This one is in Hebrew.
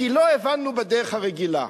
כי לא הבנו בדרך הרגילה.